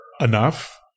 enough